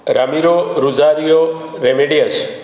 Ramiro Rosario Remedios